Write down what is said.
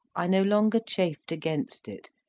i no longer chafed against it,